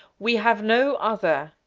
we have no other!